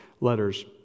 letters